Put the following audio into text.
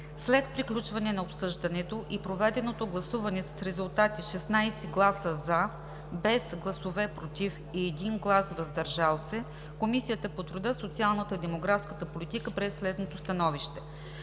След приключване на обсъждането и проведеното гласуване с резултати: 16 гласа „за“, без гласове „против“ и 1 „въздържал се“, Комисията по труда, социалната и демографската политика прие следното становище: